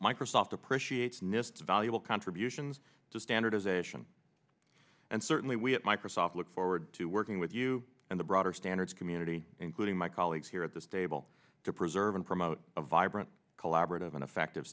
microsoft appreciates nist valuable contributions to standardization and certainly we at microsoft look forward to working with you and the broader standards community including my colleagues here at this table to preserve and promote a vibrant collaborative and effective